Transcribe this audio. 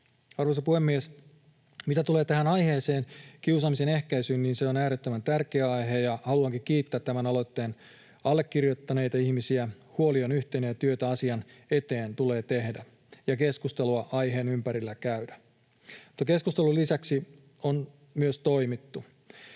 Arvoisa puhemies! Mitä tulee tähän aiheeseen, kiusaamisen ehkäisyyn, niin se on äärettömän tärkeä aihe, ja haluankin kiittää tämän aloitteen allekirjoittaneita ihmisiä. Huoli on yhteinen, ja työtä asian eteen tulee tehdä ja keskustelua aiheen ympärillä käydä. Mutta keskustelun lisäksi on myös toimittu.